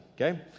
okay